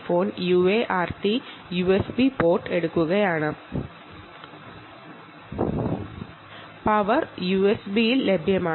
power യുഎസ്ബിയിൽ ലഭ്യമാണ്